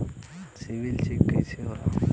CIBIL check कइसे होला?